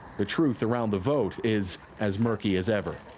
the truth around the vote is as murky as ever.